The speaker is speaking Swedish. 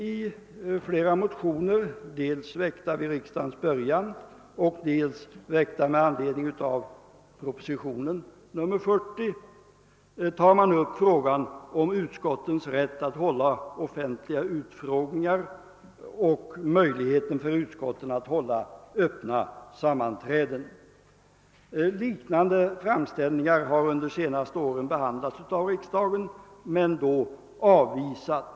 I flera motioner — dels väckta vid riksdagens början, dels väckta med anledning av proposition nr 40 — tar man upp frågorna om utskottens rätt att hålla offentliga utfrågningar och möjligheten för utskotten att hålla öppna sammanträden. Liknande framställningar har under de senaste åren behandlats av riksdagen men då avslagits.